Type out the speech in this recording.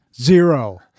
Zero